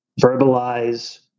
verbalize